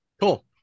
cool